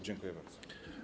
Dziękuję bardzo.